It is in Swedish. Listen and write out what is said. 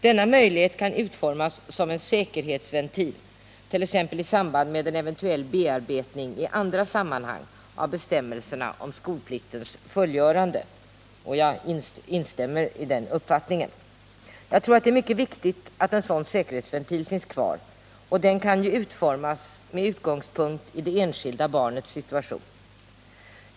Denna möjlighet kan utformas som en säkerhetsventil, t.ex. i samband med en eventuell bearbetning i andra sammanhang av bestämmelserna om skolpliktens fullgörande. Jag instämmer i den uppfattningen. Jag tror att det är mycket viktigt att en sådan säkerhetsventil finns kvar, och den kan ju utformas med utgångspunkt idet enskilda barnets situation.